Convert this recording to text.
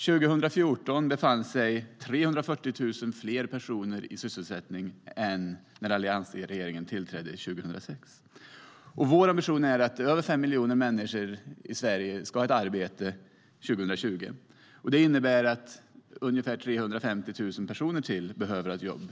År 2014 befann sig 340 000 fler i sysselsättning än när alliansregeringen tillträdde 2006. Vår ambition är att över fem miljoner människor i Sverige ska ha ett arbete 2020, och för att målet ska nås behöver ytterligare ungefär 350 000 personer ett jobb.